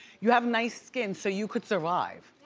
you have nice skin so you could survive.